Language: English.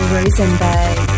Rosenberg